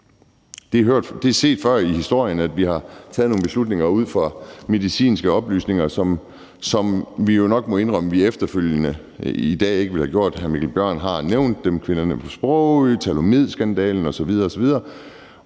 Det er set før i historien, at vi har taget nogle beslutninger ud fra medicinske oplysninger, som vi jo nok må indrømme vi efterfølgende i dag ikke ville have taget, og hr. Mikkel Bjørn har nævnt dem, altså kvinderne på Sprogø, thalidomidskandalen osv. osv.